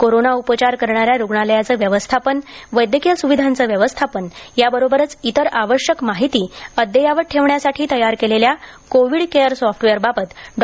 corona उपचार करणाऱ्या रुग्णालयाचं व्यवस्थापन वैद्यकीय सुविधांचे व्यवस्थापन याबरोबरच इतर आवश्यक माहिती अद्ययावत ठेवण्यासाठी तयार केलेल्या कोविड केयर सॉफ्टवेअरबाबत डॉ